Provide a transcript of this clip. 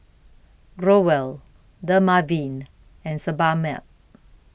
Growell Dermaveen and Sebamed